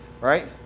Right